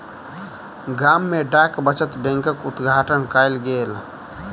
गाम में डाक बचत बैंकक उद्घाटन कयल गेल